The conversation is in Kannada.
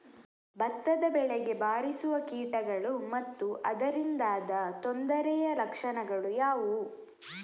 ಭತ್ತದ ಬೆಳೆಗೆ ಬಾರಿಸುವ ಕೀಟಗಳು ಮತ್ತು ಅದರಿಂದಾದ ತೊಂದರೆಯ ಲಕ್ಷಣಗಳು ಯಾವುವು?